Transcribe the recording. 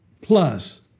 plus